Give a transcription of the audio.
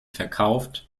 verkauft